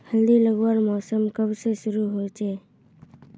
हल्दी लगवार मौसम कब से शुरू होचए?